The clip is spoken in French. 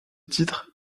titre